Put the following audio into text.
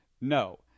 no